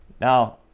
Now